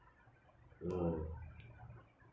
mm